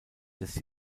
des